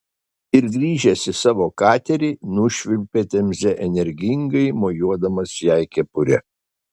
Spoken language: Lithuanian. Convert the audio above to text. ir grįžęs į savo katerį nušvilpė temze energingai mojuodamas jai kepure